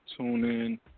TuneIn